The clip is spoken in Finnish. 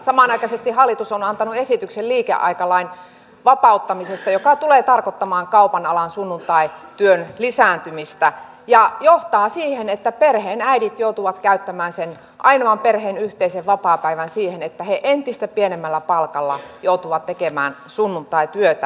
samanaikaisesti hallitus on antanut esityksen liikeaikalain vapauttamisesta joka tulee tarkoittamaan kaupan alan sunnuntaityön lisääntymistä ja johtaa siihen että perheenäidit joutuvat käyttämään perheen ainoan yhteisen vapaapäivän siihen että he entistä pienemmällä palkalla joutuvat tekemään sunnuntaityötä